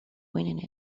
winning